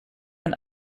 ein